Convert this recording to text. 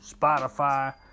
Spotify